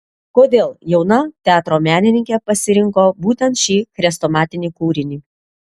kodėl jauna teatro menininkė pasirinko būtent šį chrestomatinį kūrinį